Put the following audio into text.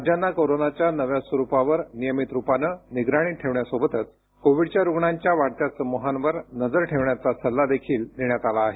राज्यांना कोरोनाच्या नव्या स्वरूपावर नियमित रुपाने निगराणी ठेवण्यासोबतच कोविडच्या रुग्णांच्या वाढत्या समूहांवर नजर ठेवण्याचा सल्ला देखील देण्यात आला आहे